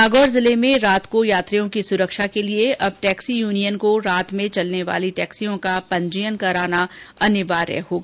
नागौर जिले में रात को यात्रियों की सुरक्षा के लिए अब टैक्सी यूनियन को रात में चलने वाली टैक्सियों का पंजीयन कराना अनिवार्य कर दिया है